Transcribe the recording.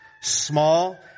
small